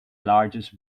largest